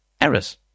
Errors